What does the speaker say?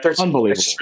Unbelievable